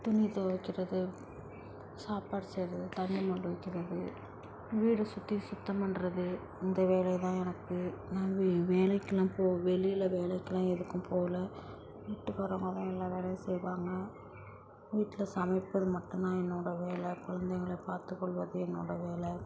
துணி துவைக்கிறது சாப்பாடு செய்யறது தண்ணி மொண்டு வைக்கிறது வீடை சுற்றி சுத்தம் பண்ணுறது இந்த வேலைதான் எனக்கு நான் வே வேலைக்குலாம் போ வெளியில வேலைக்குலாம் எதுக்கும் போகல வீட்டுக்காரவங்க தான் எல்லா வேலையும் செய்வாங்க வீட்டில் சமைக்கிறது மட்டும்தான் என்னோட வேலை குலந்தைங்கள பார்த்துக்கொள்வது என்னோட வேலை